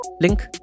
Link